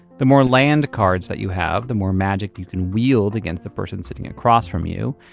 the more land cards that you have, the more magic you can wield against the person sitting across from you.